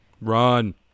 Run